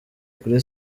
kuri